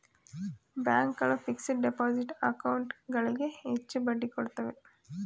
bank ಗಳು fixed deposit account ಗಳಿಗೆ ಹೆಚ್ಚು ಬಡ್ಡಿ ಕೊಡುತ್ತವೆ